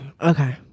Okay